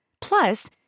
Plus